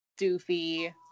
doofy